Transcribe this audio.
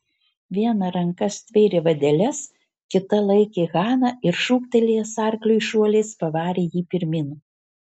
viena ranka stvėrė vadeles kita laikė haną ir šūktelėjęs arkliui šuoliais pavarė jį pirmyn